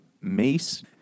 mace